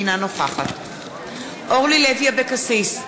אינה נוכחת אורלי לוי אבקסיס,